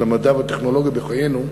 של המדע והטכנולוגיה בחיינו,